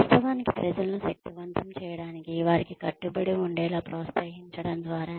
వాస్తవానికి ప్రజలను శక్తివంతం చేయడానికి వారిని కట్టుబడిఉండేలా ప్రోత్సహించడం ద్వారా